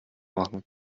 machen